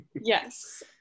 Yes